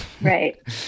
right